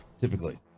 typically